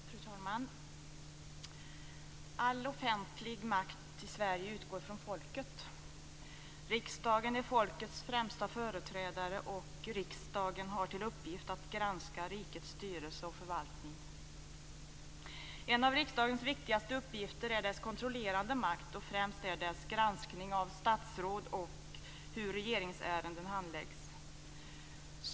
Fru talman! All offentlig makt i Sverige utgår från folket. Riksdagen är folkets främsta företrädare. Och riksdagen har till uppgift att granska rikets styrelse och förvaltning. En av riksdagens viktigaste uppgifter är dess kontrollerande makt, och främst är dess granskning av statsråd och hur regeringsärenden handläggs.